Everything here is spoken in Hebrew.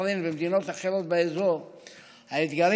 בחריין ומדינות אחרות באזור והאתגרים